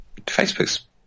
Facebook's